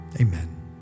Amen